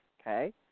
okay